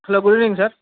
hello good evening sir